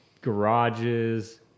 garages